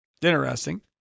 Interesting